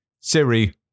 Siri